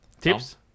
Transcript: Tips